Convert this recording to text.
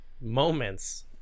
moments